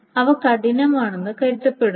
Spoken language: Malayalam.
അവ കഠിനമാണെന്ന് കരുതപ്പെടുന്നു